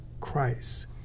Christ